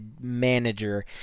manager